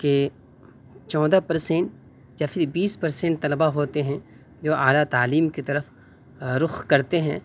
کہ چودہ پرسین یا پھر بیس پرسین طلبہ ہوتے ہیں جو اعلیٰ تعلیم کی طرف رخ کرتے ہیں